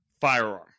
firearm